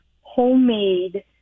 homemade